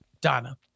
Donna